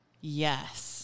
Yes